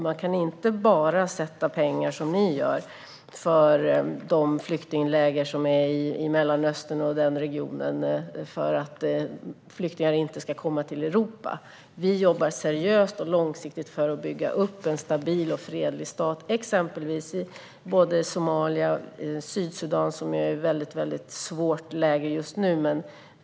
Man kan inte bara avsätta pengar till flyktingläger i Mellanöstern för att flyktingar inte ska komma till Europa. Vi jobbar seriöst och långsiktigt för att bygga upp en fredlig stat i både Somalia och Sydsudan, som är i ett mycket svårt läge.